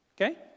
Okay